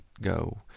go